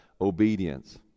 obedience